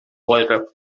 wollte